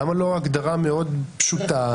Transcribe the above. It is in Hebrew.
למה לא הגדרה מאוד פשוטה.